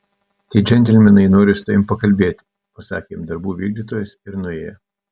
tie džentelmenai nori su tavimi pakalbėti pasakė jam darbų vykdytojas ir nuėjo